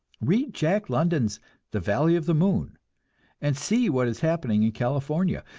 read jack london's the valley of the moon and see what is happening in california.